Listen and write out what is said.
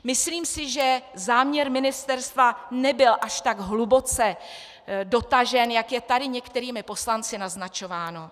Myslím si, že záměr ministerstva nebyl až tak hluboce dotažen, jak je tady některými poslanci naznačováno.